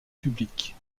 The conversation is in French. publique